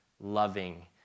loving